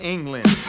England